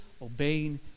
obeying